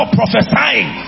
prophesying